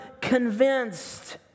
convinced